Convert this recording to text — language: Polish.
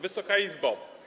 Wysoka Izbo!